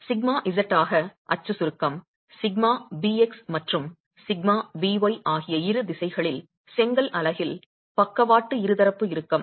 σz ஆக அச்சு சுருக்கம் σbx மற்றும் σby ஆகிய இரு திசைகளில் செங்கல் அலகில் பக்கவாட்டு இருதரப்பு இறுக்கம்